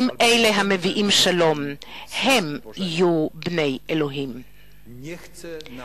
אשרי רודפי שלום כי בני אלוהים ייקראו.